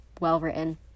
Well-written